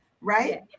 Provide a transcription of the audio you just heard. right